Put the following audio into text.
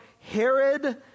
Herod